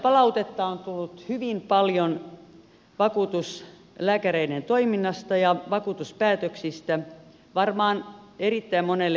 kansalaispalautetta on tullut hyvin paljon vakuutuslääkäreiden toiminnasta ja vakuutuspäätöksistä varmaan erittäin monelle edustajalle